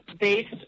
based